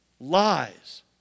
Lies